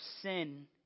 sin